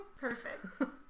Perfect